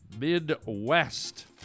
Midwest